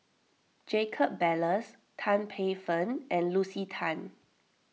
Jacob Ballas Tan Paey Fern and Lucy Tan